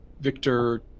Victor